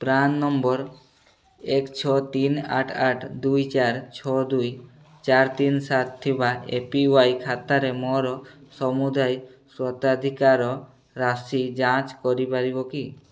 PRAN number ଏକ ଛଅ ତିନି ଆଠ ଆଠ ଦୁଇ ଚାରି ଛଅ ଦୁଇ ଚାରି ତିନି ସାତ ଥିବା ଏ ପି ୱାଇ ଖାତାରେ ମୋର ସମୁଦାୟ ସ୍ୱତ୍ୱାଧିକାର ରାଶି ଯାଞ୍ଚ କରିପାରିବ କି